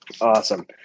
Awesome